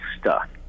stuck